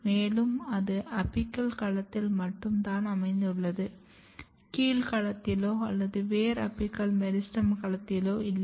மேலும் அது அபிக்கல் களத்தில் மட்டும் தான் அமைந்துள்ளது கீழ் களத்திலோ அல்லது வேர் அபிக்கல் மெரிஸ்டெம் களத்திலோ இல்லை